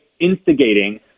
instigating